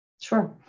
Sure